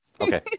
Okay